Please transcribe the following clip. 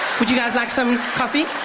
would you guys like some coffee?